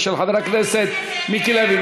של חבר הכנסת מיקי לוי.